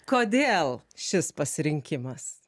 kodėl šis pasirinkimas